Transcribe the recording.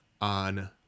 on